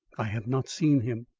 i have not seen him.